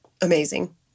amazing